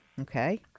okay